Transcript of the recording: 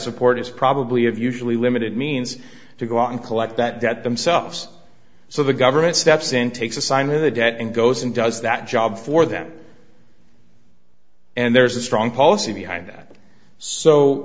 support is probably have usually limited means to go out and collect that themselves so the government steps in takes a sign of the debt and goes and does that job for them and there's a strong policy behind that so